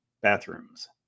bathrooms